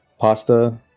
pasta